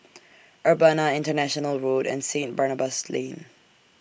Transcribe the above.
Urbana International Road and Saint Barnabas Lane